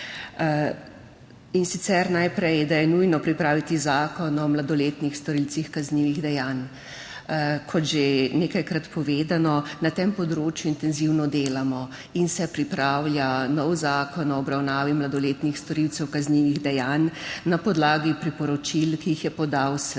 in sicer najprej, da je nujno pripraviti zakon o mladoletnih storilcih kaznivih dejanj. Kot že nekajkrat povedano, na tem področju intenzivno delamo in se pripravlja nov zakon o obravnavi mladoletnih storilcev kaznivih dejanj na podlagi priporočil, ki jih je podal Svet